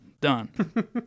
Done